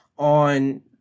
on